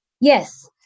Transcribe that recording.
Yes